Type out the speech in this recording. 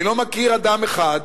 אני לא מכיר אדם אחד,